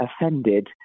offended